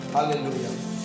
Hallelujah